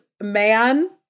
man